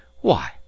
Why